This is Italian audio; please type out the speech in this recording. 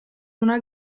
una